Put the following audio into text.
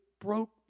broke